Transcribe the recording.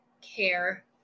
care